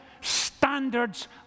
Standards